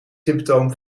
symptoom